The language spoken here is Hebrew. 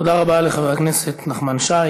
תודה רבה לחבר הכנסת נחמן שי.